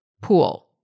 pool